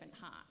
heart